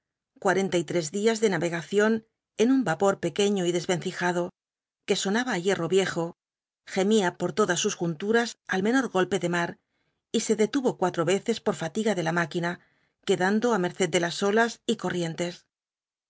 cuarenta y tres días de navegación en un vapor pequeño y desvencijado que sonaba á hierro viejo gemía por todas sus junturas al menor golpe de mar y se detuvo cuatro veces por fatiga de la máquina quedando á merced de olas y corrientes